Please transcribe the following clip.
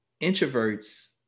introverts